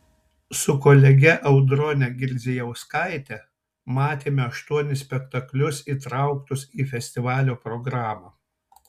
su kolege audrone girdzijauskaite matėme aštuonis spektaklius įtrauktus į festivalio programą